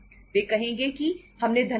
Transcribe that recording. वे कहेंगे कि हमने धन मांगा